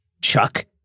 Chuck